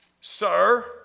Sir